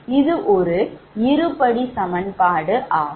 இது ஒரு இருபடி சமன்பாடு ஆகும்